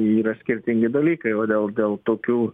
yra skirtingi dalykai o dėl dėl tokių